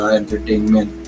entertainment